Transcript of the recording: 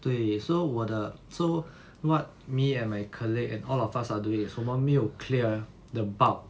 对 so 我的 so what me and my colleague and all of us are doing so 我们没有 clear the bulk